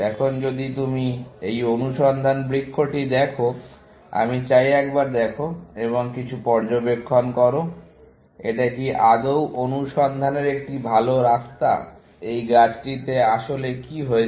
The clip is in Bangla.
এখন তুমি যদি এই অনুসন্ধান বৃক্ষটি দেখো আমি চাই একবার দেখো এবং কিছু পর্যবেক্ষণ করো এটা কি আদৌ অনুসন্ধানের একটি ভালো রাস্তা এই গাছটিতে আসলে কি হয়েছে